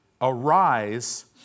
arise